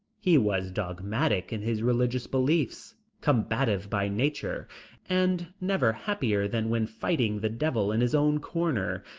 he was dogmatic in his religious beliefs, combative by nature and never happier than when fighting the devil in his own corner,